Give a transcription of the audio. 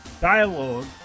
dialogue